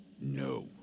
No